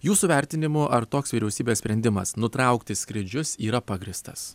jūsų vertinimu ar toks vyriausybės sprendimas nutraukti skrydžius yra pagrįstas